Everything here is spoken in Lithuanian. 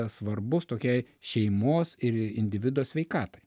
svarbus tokiai šeimos ir individo sveikatai